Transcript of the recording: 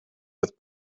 with